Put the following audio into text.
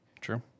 True